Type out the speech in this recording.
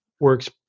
works